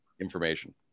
information